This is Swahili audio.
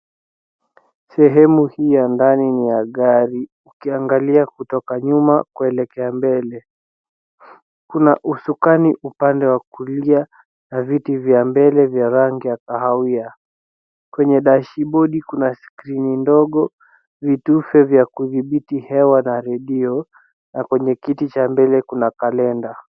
Sehemu hii ya ndani ni ya gari ukiangalia kutoka nyuma kuelekea mbele, kuna usukani upande wa kulia na viti vya mbele vya rangi ya kahawia. Kwenye dashbodi kuna skrini ndogo, vitufe vya kudhibiti hewa na redio na kwenye kiti cha mbele kuna kalenda.